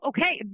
Okay